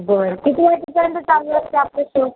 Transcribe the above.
बरं किती वाजेपर्यंत चालू असतं आपलं शोरुम